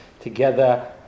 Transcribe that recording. together